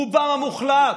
רובם המוחלט,